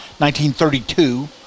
1932